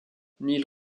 neil